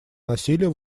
насилия